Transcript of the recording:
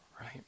right